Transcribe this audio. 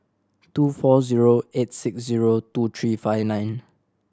two four zero eight six zero two three five nine